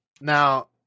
now